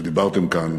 שדיברתם כאן